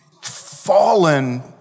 fallen